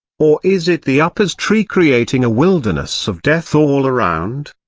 or is it the upas tree creating a wilderness of death all around?